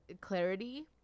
Clarity